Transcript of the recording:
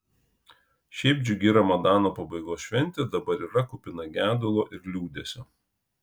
šiaip džiugi ramadano pabaigos šventė dabar yra kupina gedulo ir liūdesio